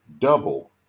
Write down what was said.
double